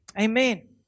Amen